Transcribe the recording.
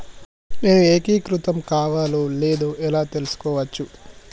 నేను ఏకీకృతం కావాలో లేదో ఎలా తెలుసుకోవచ్చు?